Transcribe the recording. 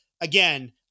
again